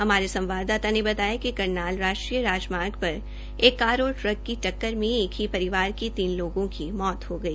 हमारे संवाददाता ने बताया कि करनाल राष्ट्रीय राजमार्ग पर एक कार और ट्रक की ट्रक में एक ही परिवार के तीन लोगों की मौत हो गई